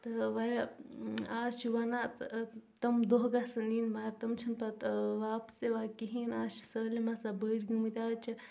تہٕ واریاہ آز چھِ ونان تِم دۄہ گژھن ینۍ مگر تِم چھِنہٕ پتہٕ واپس یِوان کہیٖنۍ آز چھِ سٲلِم آسان بٔڑ گٔمٕتۍ آز چھِ